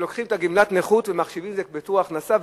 שלוקחים את גמלת הנכות ומחשיבים את זה בתור הכנסה,